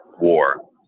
war